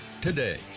today